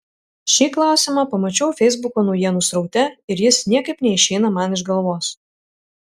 šį klausimą pamačiau feisbuko naujienų sraute ir jis niekaip neišeina man iš galvos